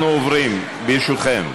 אנחנו עוברים, ברשותכם,